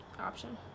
option